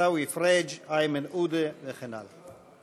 עיסאווי פריג', איימן עודה וכן הלאה.